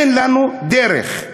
אין לנו דרך,